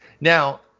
Now